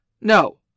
No